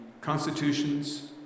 constitutions